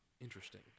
Interesting